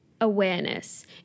awareness